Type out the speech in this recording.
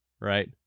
Right